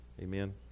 amen